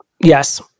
yes